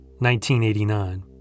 1989